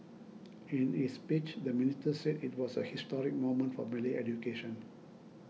in his speech the minister said it was a historic moment for Malay education